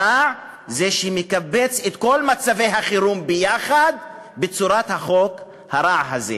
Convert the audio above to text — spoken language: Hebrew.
הרע הוא שהוא מקבץ את כל מצבי החירום ביחד בצורת החוק הרע הזה.